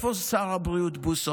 איפה שר הבריאות בוסו?